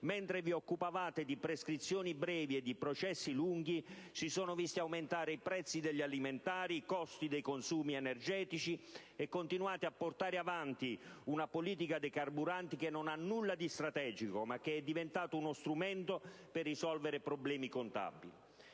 mentre vi occupavate di prescrizioni brevi e di processi lunghi, i prezzi degli alimenti e i costi dei consumi energetici? Continuate a portare avanti una politica dei carburanti che non ha nulla di strategico, ma che è diventata uno strumento per risolvere problemi contabili.